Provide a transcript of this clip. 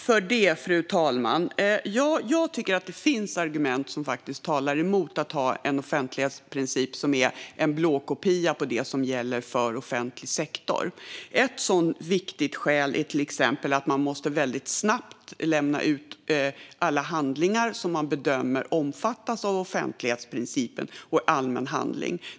Fru talman! Jag tycker att det finns argument som talar emot att ha en offentlighetsprincip som är en blåkopia av det som gäller för offentlig sektor. Ett sådant viktigt skäl är att man väldigt snabbt måste lämna ut alla handlingar som man bedömer omfattas av offentlighetsprincipen och är allmänna handlingar.